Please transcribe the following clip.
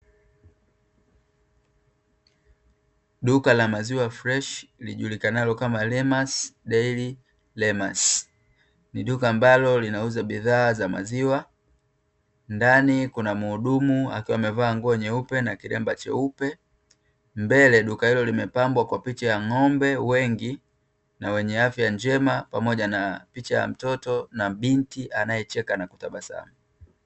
Duka la maziwa freshi lijulikanalo kama "LEMAS DAIRY MES". Ni duka ambalo linauza bidhaa za maziwa, ndani kuna mhudumu aliyevaa nguo nyeupe na kilemba cheupe. Mbele duka hilo limepambwa kwa picha ya ng'ombe wengi wenye afya njema, pamoja na picha ya mtoto na binti anayecheka na kutabasamu